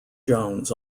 jones